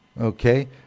Okay